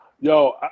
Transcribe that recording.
yo